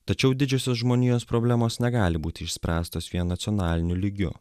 tačiau didžiosios žmonijos problemos negali būti išspręstos vien nacionaliniu lygiu